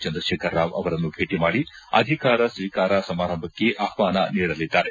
ಚಂದ್ರತೇಖರ್ ರಾವ್ ಅವರನ್ನು ಭೇಟಿ ಮಾಡಿ ಅಧಿಕಾರ ಸ್ವೀಕಾರ ಸಮಾರಂಭಕ್ಕೆ ಅಷ್ವಾನ ನೀಡಲಿದ್ದಾರೆ